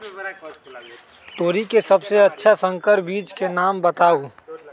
तोरी के सबसे अच्छा संकर बीज के नाम बताऊ?